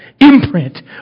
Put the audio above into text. imprint